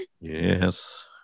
Yes